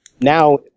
now